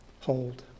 hold